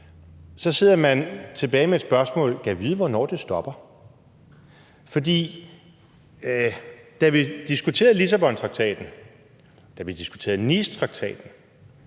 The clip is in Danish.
så sidder man tilbage med spørgsmålet: Gad vide, hvornår det stopper? For da vi diskuterede Lissabontraktaten, og da vi diskuterede Nicetraktaten,